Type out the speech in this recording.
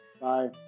Bye